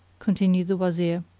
continued the wazir,